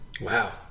Wow